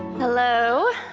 hello,